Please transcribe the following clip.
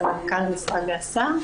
בעצם מנכ"ל המשרד והשר,